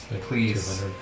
Please